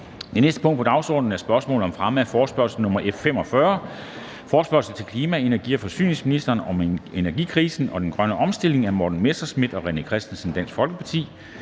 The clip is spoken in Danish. Det næste punkt på dagsordenen er: 2) Spørgsmål om fremme af forespørgsel nr. F 45: Forespørgsel til klima-, energi- og forsyningsministeren om energikrisen og den grønne omstilling. Af Morten Messerschmidt (DF) og René Christensen (DF).